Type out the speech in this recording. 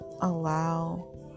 allow